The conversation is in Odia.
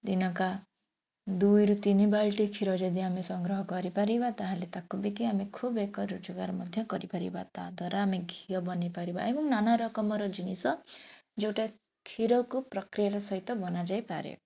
ଦିନକା ଦୁଇରୁ ତିନ ବାଲ୍ଟି କ୍ଷୀର ଯଦି ଆମେ ସଂଗ୍ରହ କରିପାରିବା ତାହେଲେ ତାକୁ ବିକି ଆମେ ଖୁବ୍ ଏକ ରୋଜଗାର କରିପାରିବା ତା'ଦ୍ୱାରା ଆମେ ଘିଅ ବନେଇପାରିବା ଏବଂ ନାନା ରକମର ଜିନିଷ ଯୋଉଟା କ୍ଷୀରକୁ ପକ୍ରିୟାର ସହିତ ବନା ଯାଇପାରେ